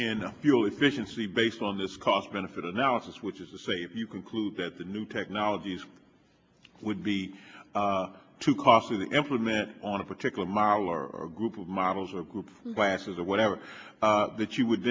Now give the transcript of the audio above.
in fuel efficiency based on this cost benefit analysis which is to say if you conclude that the new technologies would be too costly to implement on a particular model or group of models or group classes or whatever that you would